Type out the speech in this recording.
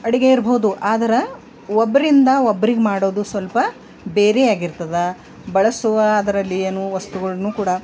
ಅಡುಗೆ ಇರಬಹುದು ಆದ್ರೆ ಒಬ್ರಿಂದ ಒಬ್ರಿಗೆ ಮಾಡೋದು ಸ್ವಲ್ಪ ಬೇರೆ ಆಗಿರ್ತದೆ ಬಳಸುವ ಅದರಲ್ಲಿ ಏನು ವಸ್ತುಗಳನ್ನ ಕೂಡ